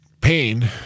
pain